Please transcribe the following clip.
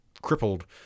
crippled